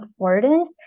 affordance